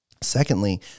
Secondly